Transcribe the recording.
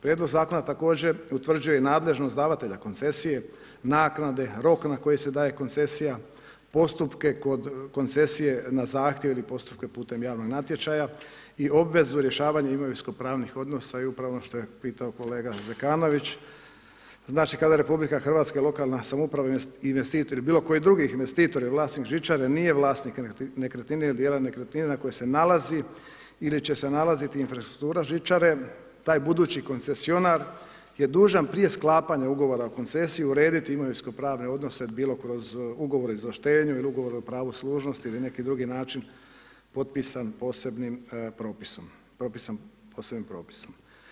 Prijedlog zakona također utvrđuje i nadležnost davatelja koncesije, naknade, rok na koji se daje koncesija, postupke kod koncesije na zahtjev ili postupke putem javnog natječaja i obvezu rješavanja imovinsko pravnih odnosa i upravo ono što je pitao kolega Zekanović, znači kada RH i lokalna samouprava investitori, bilo koji drugi investitori, vlasnik žičare nije vlasnik nekretnine ili djela nekretnine na kojem se nalazi ili će se nalaziti infrastruktura žičare taj budući koncesionar je dužan prije sklapanja ugovora o koncesiji urediti imovinsko pravne odnose, bilo kroz ugovore o izvlaštenju ili ugovore o pravu služnosti ili neki drugi način potpisan posebnim propisom.